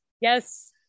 Yes